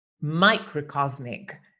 microcosmic